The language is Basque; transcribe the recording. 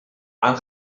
han